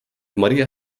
maria